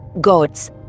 gods